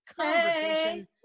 conversation